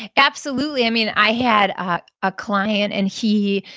absolutely. i mean, i had a client and he,